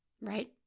Right